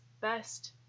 best